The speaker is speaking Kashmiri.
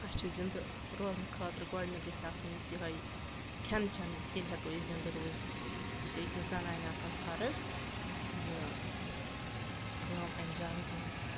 اَسہِ چھُ زِنٛدٕ روزنہٕ خٲطرٕ گۄڈنؠتھ گژھِ آسٕن اَسہٕ یِہَے کھؠن چؠنٕے تیٚلہِ ہیٚکو أسۍ زِنٛدٕ روٗزِتھ یہِ چھِ أکِس زَنانہِ آسان فرض یہِ کٲم اَنجام دِنٮ۪ن